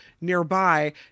nearby